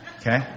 okay